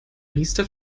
riester